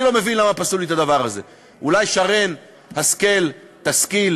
אולי שרן השכל תשכיל